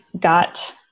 got